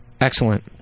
Excellent